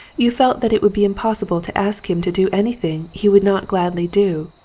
you felt that it would be impossible to ask him to do anything he would not gladly do,